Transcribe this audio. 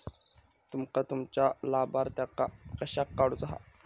तुमका तुमच्या लाभार्थ्यांका कशाक काढुचा हा?